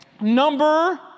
Number